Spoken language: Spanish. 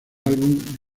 álbum